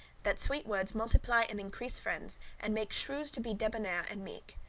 that sweet words multiply and increase friends, and make shrews to be debonair and meek.